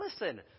listen